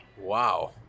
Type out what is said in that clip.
Wow